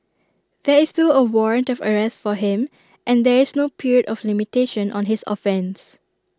there is still A warrant of arrest for him and there is no period of limitation on his offence